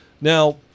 Now